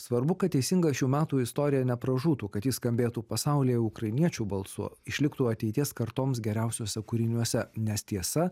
svarbu kad teisinga šių metų istorija nepražūtų kad ji skambėtų pasaulyje ukrainiečių balsu išliktų ateities kartoms geriausiuose kūriniuose nes tiesa